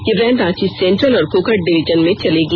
यह van Ranchi central और Kokar division में चलेगी